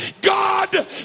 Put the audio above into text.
God